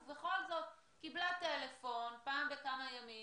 ובכל זאת היא קיבלה טלפון פעם בכמה ימים,